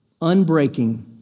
unbreaking